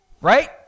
Right